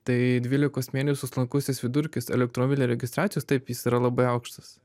tai dvylikos mėnesių slankusis vidurkis elektromobilio registracijos taip jis yra labai aukštas